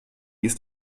ist